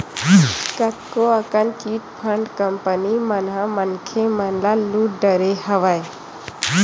कतको अकन chit fund company मन ह मनखे मन ल लुट डरे हवय